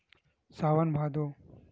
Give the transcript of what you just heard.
सावन भादो